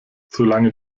solange